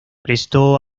prestó